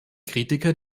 kritiker